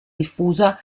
diffusa